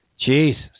Jesus